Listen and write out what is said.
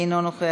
אינו נוכח.